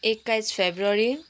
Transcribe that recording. एक्काइस फेब्रुअरी